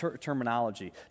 terminology